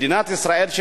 מדינת ישראל,